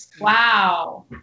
Wow